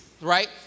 right